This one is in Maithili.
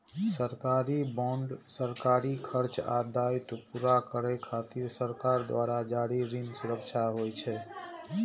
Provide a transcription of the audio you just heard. सरकारी बांड सरकारी खर्च आ दायित्व पूरा करै खातिर सरकार द्वारा जारी ऋण सुरक्षा होइ छै